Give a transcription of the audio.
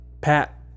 Pat